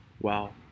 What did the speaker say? Wow